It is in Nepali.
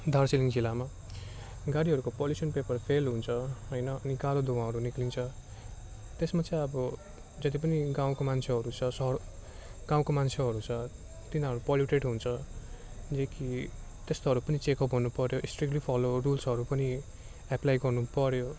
दार्जिलिङ जिल्लामा गाडीहरूको पोलुसन पेपर फेल हुन्छ होइन अनि कालो धुवाँहरू निक्लिन्छ त्यसमा चाहिँ अब जति पनि गाउँको मान्छेहरू छ सहर गाउँको मान्छेहरू छ तिनाहरू पोल्युटेड हुन्छ जे कि त्यस्तोहरू नि चेकअप हुनुपर्यो स्ट्रिक्टली फलो रुल्सहरू पनि एप्लाइ गर्नुपर्यो